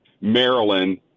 Maryland